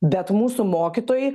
bet mūsų mokytojai